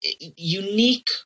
unique